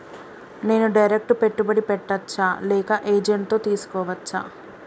నేను డైరెక్ట్ పెట్టుబడి పెట్టచ్చా లేక ఏజెంట్ తో చేస్కోవచ్చా?